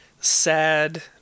sad